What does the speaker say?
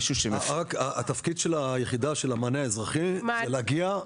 התפקיד של היחידה של המענה אזרחי זה להגיע,